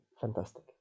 fantastic